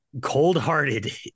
cold-hearted